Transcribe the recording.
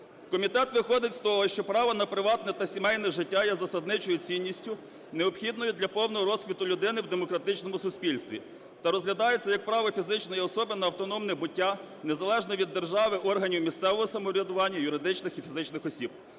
Комітет виходив з того, що право на приватне та сімейне життя є засадничою цінністю, необхідною для повного розквіту людини в демократичному суспільстві, та розглядається як право фізичної особи на автономне буття незалежно від держави, органів місцевого самоврядування, юридичних і фізичних осіб.